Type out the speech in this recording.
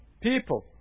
people